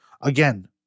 Again